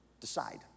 Decide